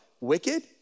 Wicked